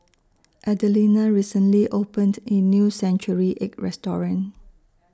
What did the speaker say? Adelina recently opened A New Century Egg Restaurant